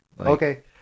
okay